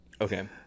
Okay